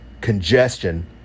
congestion